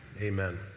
Amen